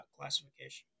classification